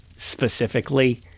specifically